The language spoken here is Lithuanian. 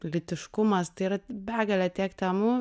lytiškumas tai yra begalė tiek temų